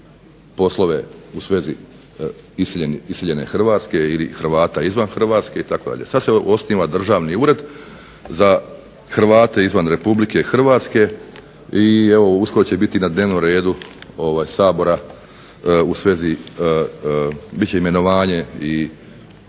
poslove u svezi iseljene Hrvatske ili Hrvata izvan Hrvatske itd. Sad se osniva državni ured za Hrvate izvan Republike Hrvatske i evo uskoro će biti na dnevnom redu Sabora u svezi, bit će imenovanje i